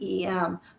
EM